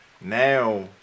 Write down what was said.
now